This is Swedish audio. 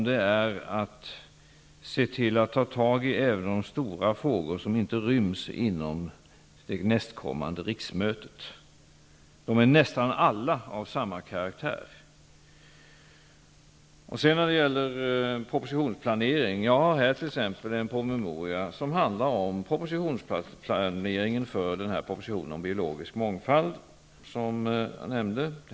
Det gäller att även ta tag i de stora frågor som inte ryms inom det nästkommande riksmötet. De är nästan alla av samma karaktär. Vidare har vi frågan om planeringen av propositionerna. Jag har här en promemoria som berör planeringen av propositionen om biologisk mångfald.